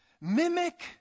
mimic